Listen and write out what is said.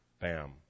Bam